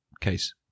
case